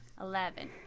Eleven